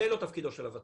זה לא תפקידו של הוותמ"ל,